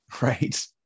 right